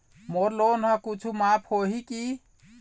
मोर loan हा कुछू माफ होही की?